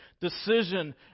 Decision